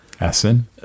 essen